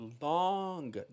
long